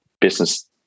business